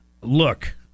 Look